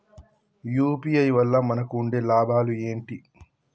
UPI వల్ల మనకు ఉండే లాభాలు ఏంటి?